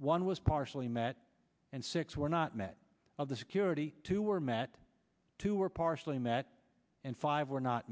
one was partially met and six were not met of the security two were met to or partially met and five were not